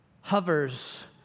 hovers